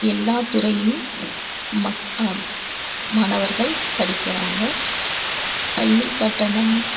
எல்லாத்துறையையும் மக் மாணவர்கள் படிக்கிறாங்க பள்ளிக் கட்டணம்